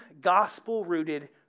gospel-rooted